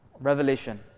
Revelation